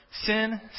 Sin